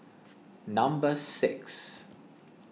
number six